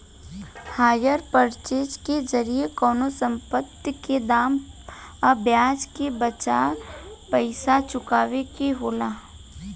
hire purchase के जरिया कवनो संपत्ति के दाम आ ब्याज के बाचल पइसा चुकावे के होला